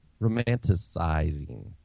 Romanticizing